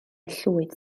llwyd